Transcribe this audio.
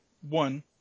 one